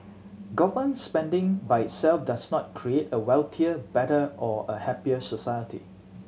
government spending by itself does not create a wealthier better or a happier society